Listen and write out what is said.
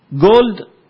Gold